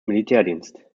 militärdienst